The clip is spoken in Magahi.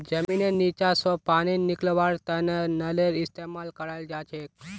जमींनेर नीचा स पानी निकलव्वार तने नलेर इस्तेमाल कराल जाछेक